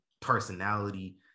personality